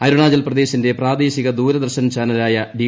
അരുണാചൽ പ്രദേശിന്റെ പ്രാദേശിക ദൂരദർശൻ ചാനലായ ഡി